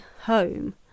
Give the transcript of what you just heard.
home